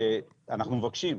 מבקשים,